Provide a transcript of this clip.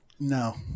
No